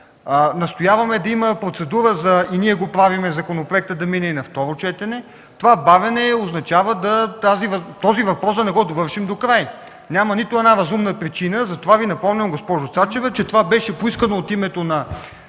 Настояваме да има процедура, и ние го правим, законопроектът да мине и на второ четене. Бавенето означава този въпрос да не го довършим докрай. Няма нито една разумна причина, затова Ви напомням, госпожо Цачева, че това беше поискано от името на